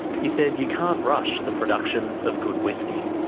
he said you can't rush the production of good whisky.